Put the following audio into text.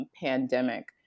pandemic